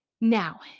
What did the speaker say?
Now